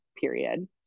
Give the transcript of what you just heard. period